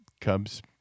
Cubs